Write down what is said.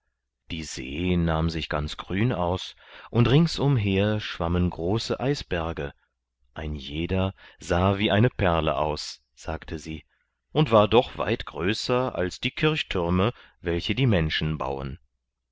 die see nahm sich ganz grün aus und ringsumher schwammen große eisberge ein jeder sah wie eine perle aus sagte sie und war doch weit größer als die kirchtürme welche die menschen bauen